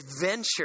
adventure